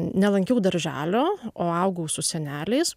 nelankiau darželio o augau su seneliais